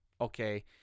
Okay